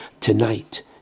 tonight